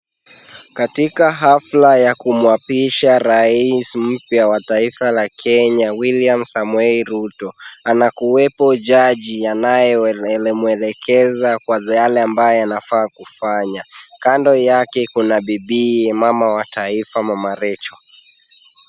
Katika hafla ya kumuapisha rais mpya wa taifa la Kenya William Samoei Ruto. Anakuwepo jaji anayemwelekeza kwa yale ambayo anafaa kufanya. Kando yake kuna bibiye mama wa taifa mama Rachel.